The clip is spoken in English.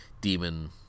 demon